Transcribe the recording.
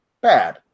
bad